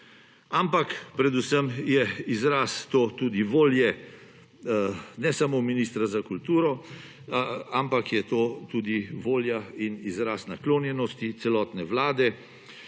ampak predvsem je izraz to tudi volje ne samo ministra za kulturo, ampak je to tudi volja in izraz naklonjenosti celotne Vlade,